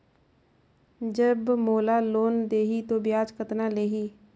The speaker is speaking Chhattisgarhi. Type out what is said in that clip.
जब मोला लोन देही तो ब्याज कतना लेही?